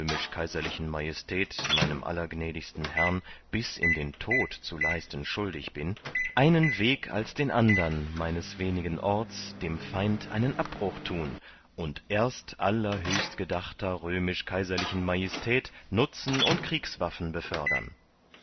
kais maj meinem allergnädigsten herrn bis in tod zu leisten schuldig bin einen weg als den andern meines wenigen orts dem feind einen abbruch tun und erst allerhöchstgedachter röm kais maj nutzen und kriegswaffen befördern